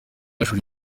yasoje